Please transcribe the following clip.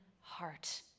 heart